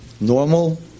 Normal